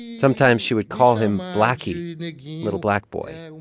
sometimes, she would call him blackie little black boy,